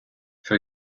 for